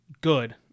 good